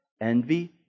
envy